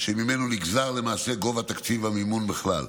שממנה נגזר למעשה גובה תקציב המימון בכלל.